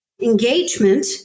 engagement